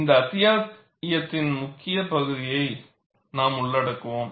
இந்த அத்தியாயத்தின் முக்கிய பகுதியை நாம் உள்ளடக்குவோம்